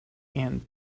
and